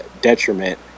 detriment